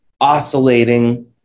oscillating